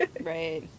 Right